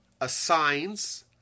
assigns